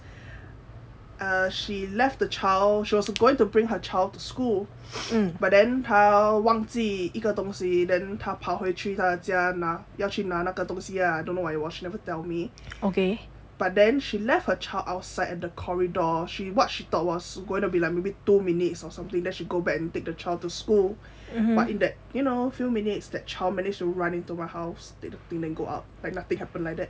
uh she left the child she was going to bring her child to school but then 他忘记一个东西 then 他跑回去他家拿要去拿那个东西啊 I don't know what it was she never tell me but then she left her child outside at the corridor she what she thought was going to be like maybe two minutes or something then she go back and take the child to school but in that you know few minutes that child manage to run into my house take the thing go out like nothing happen like that